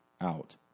out